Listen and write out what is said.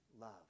Love